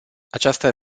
această